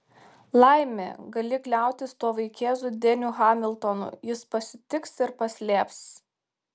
laimė gali kliautis tuo vaikėzu deniu hamiltonu jis pasitiks ir paslėps